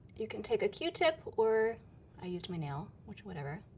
you can take a q-tip, or i used my nail, which whatever.